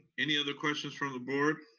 any other questions from the board?